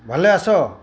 ভালে আছ